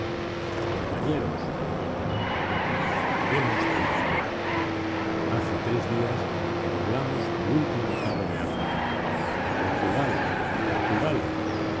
compañeros gritó el comandante hemos triunfado hace tres días que doblamos el último cabo de áfrica a portugal a portugal